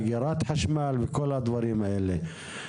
אגירת חשמל וכל הדברים האלה.